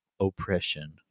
oppression